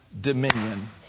dominion